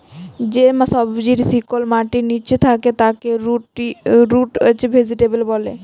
যে সবজির শিকড় মাটির লিচে থাক্যে তাকে রুট ভেজিটেবল ব্যলে